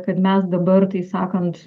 kad mes dabar tai sakant